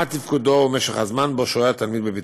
לרמת תפקודו ולמשך הזמן שהתלמיד שוהה בביתו.